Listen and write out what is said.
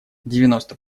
девяносто